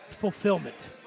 fulfillment